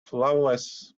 flawless